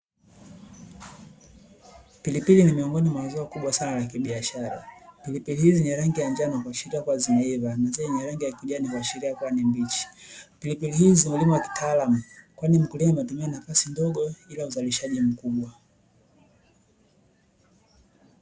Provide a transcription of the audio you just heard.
Pilipili ni miongoni mwa zao kubwa sana la kibiashara. Pilipili hizi zenye rangi ya njano huashiria kuwa zimeiva na zile zenye rangi yakijani huashiria kuwa ni mbichi. Pilipili hizi zimelimwa kitaalamu kwani mkulima ametumia nafasi ndogo ila uzalishaji mkubwa.